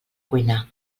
cuinar